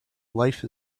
life